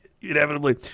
Inevitably